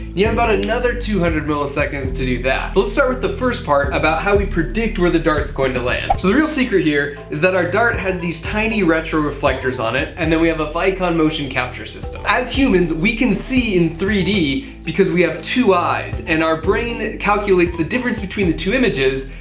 yeah about another two hundred milliseconds to do that. so let's start with the first part, about how we predict where the dart is going to land. so the real secret here is that our dart has these tiny retroreflectors on it, and then we have a like vicon motion capture system. as humans, we can see in three d because we have two eyes, and our brain and calculates the difference between the two images,